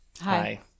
Hi